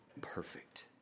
perfect